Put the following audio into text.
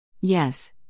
Yes